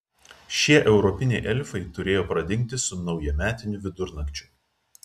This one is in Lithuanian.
šie europiniai elfai turėjo pradingti su naujametiniu vidurnakčiu